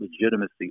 legitimacy